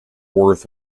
worth